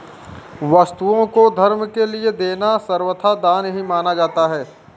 वस्तुओं को धर्म के लिये देना सर्वथा दान ही माना जाता है